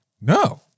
No